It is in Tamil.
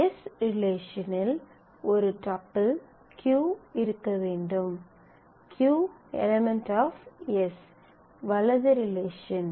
s ரிலேஷனில் ஒரு tuple q இருக்க வேண்டும் q € s வலது ரிலேஷன்